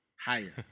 Higher